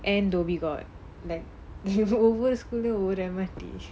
and dhoby ghaut that Uber over school would M_R_T